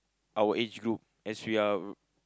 our age group as we are